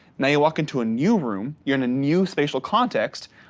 now you walk into a new room, you're in a new spatial context,